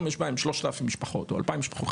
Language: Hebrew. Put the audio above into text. יש בהם 3,000 משפחות או 2,000 משפחות.